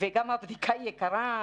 וגם הבדיקה יקרה.